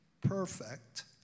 perfect